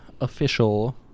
official